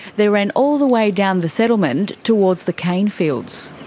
they ran all the way down the settlement and towards the cane fields.